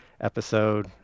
episode